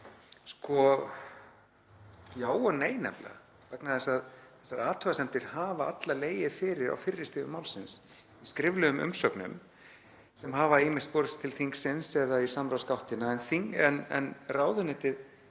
Já og nei nefnilega, vegna þess að þessar athugasemdir hafa allar legið fyrir á fyrri stigum málsins, í skriflegum umsögnum sem hafa ýmist borist til þingsins eða í samráðsgáttina. Ráðuneytinu